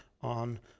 on